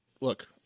look